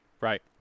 Right